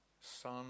Son